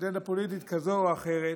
כזאת או אחרת,